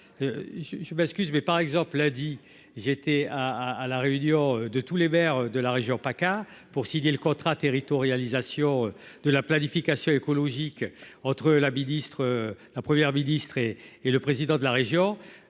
je bascule mais par exemple, a dit : j'ai été à à la réunion de tous les Verts de la région PACA pour signer le contrat territorialisation de la planification écologique entre la ministre, la première ministre et et le président de la région